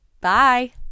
Bye